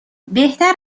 بهتر